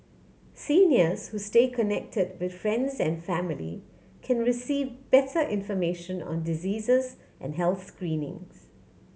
seniors who stay connected with friends and family can receive better information on diseases and health screenings